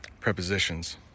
prepositions